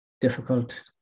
difficult